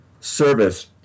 service